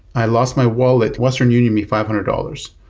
i lost my wallet. western union me five hundred dollars,